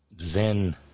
Zen